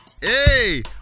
Hey